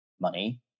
money